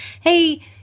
Hey